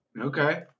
Okay